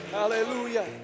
Hallelujah